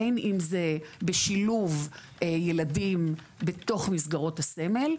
בין אם זה בשילוב ילדים בתוך מסגרות הסמל,